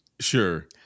Sure